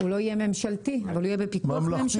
הוא לא יהיה ממשלתי אבל הוא יהיה בפיקוח ממשלתי.